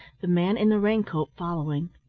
the man in the raincoat following.